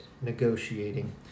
negotiating